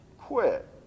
quit